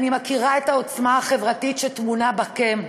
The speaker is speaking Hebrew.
אני מכירה את העוצמה החברתית שטמונה בכם,